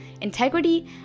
integrity